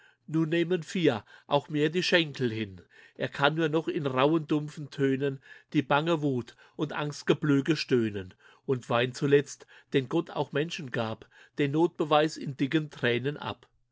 nun nehmen vier auch mehr die schenkel hin er kann nur noch in rauen dumpfen tönen die bange wut und angstgeblöke stöhnen und weint zuletzt den gott auch menschen gab den nochbeweis in dicken tränen ab